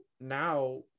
now